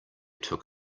took